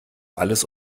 alles